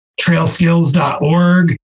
trailskills.org